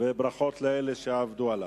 55 בעד, אין מתנגדים ואין נמנעים.